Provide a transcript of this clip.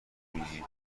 میگیم